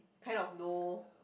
kind of know